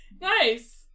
Nice